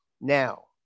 Now